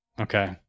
okay